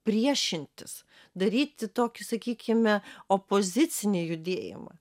priešintis daryti tokį sakykime opozicinį judėjimą